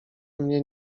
mnie